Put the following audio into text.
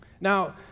Now